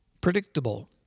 predictable